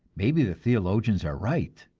maybe the theologians are right,